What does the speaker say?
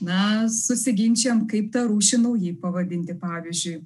na susiginčijam kaip tą rūšį naujai pavadinti pavyzdžiui